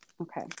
Okay